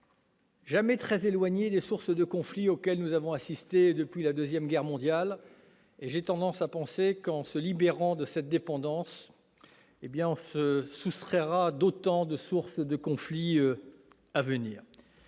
jamais très éloignées des sources de conflits auxquels nous avons assisté depuis la Seconde Guerre mondiale. J'ai tendance à penser que, en nous libérant de cette dépendance, nous nous soustrairons à autant de sources de conflits à venir.